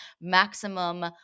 maximum